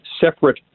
separate